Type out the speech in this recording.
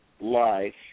life